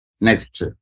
Next